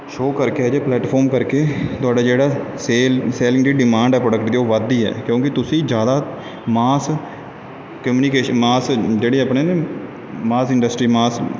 show ਕਰਕੇ ਇਹੋ ਜਿਹੇ ਪਲੇਟਫਾਰਮ ਕਰਕੇ ਤੁਹਾਡਾ ਜਿਹੜਾ ਸੇਲ ਸੇਲਿੰਗ ਜਿਹੜੀ ਡਿਮਾਂਡ ਆ ਪ੍ਰੋਡਕਟ ਦੀ ਉਹ ਵੱਧਦੀ ਹੈ ਕਿਉਂਕਿ ਤੁਸੀਂ ਜ਼ਿਆਦਾ ਮਾਸ ਕਮਨੀਕੇਸ਼ਨ ਮਾਸ ਜਿਹੜੇ ਆਪਣੇ ਨੇ ਮਾਸ ਇੰਡਸਟਰੀ ਮਾਸ